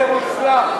זה מוצלח,